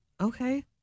Okay